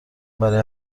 برای